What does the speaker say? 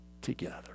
together